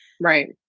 Right